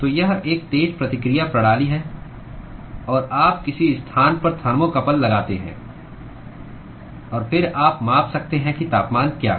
तो यह एक तेज़ प्रतिक्रिया प्रणाली है और आप किसी स्थान पर थर्मोकपल लगाते हैं और फिर आप माप सकते हैं कि तापमान क्या है